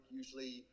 usually